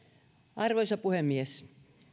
arvoisa puhemies